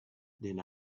then